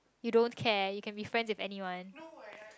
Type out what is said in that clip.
you don't care you can be friend with anyone